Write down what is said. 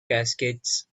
cascades